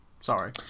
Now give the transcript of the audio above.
Sorry